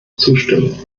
zustimmen